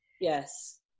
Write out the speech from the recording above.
yes